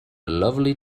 lovely